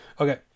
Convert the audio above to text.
Okay